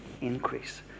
increase